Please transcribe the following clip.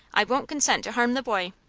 i won't consent to harm the boy.